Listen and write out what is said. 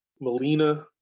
melina